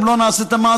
אם לא נעשה את המעשה,